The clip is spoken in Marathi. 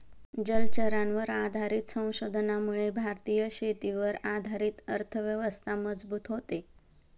जलचरांवर आधारित संशोधनामुळे भारतीय शेतीवर आधारित अर्थव्यवस्था मजबूत होते